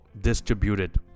distributed